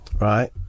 right